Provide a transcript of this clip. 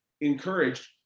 encouraged